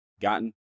gotten